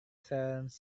sirens